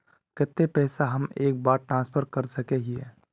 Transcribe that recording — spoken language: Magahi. केते पैसा हम एक बार ट्रांसफर कर सके हीये?